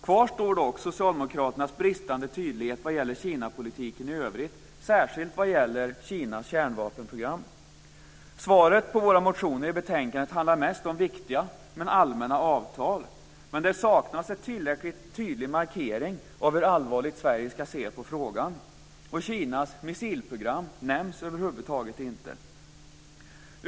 Kvar står dock Socialdemokraternas bristande tydlighet vad gäller Kinapolitiken i övrigt, särskilt vad gäller Kinas kärnvapenprogram. Svaret på våra motioner i betänkandet handlar mest om viktiga men allmänna avtal, men det saknas en tillräckligt tydlig markering av hur allvarligt Sverige ska se på frågan. Kinas missilprogram nämns över huvud taget inte.